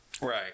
Right